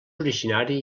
originari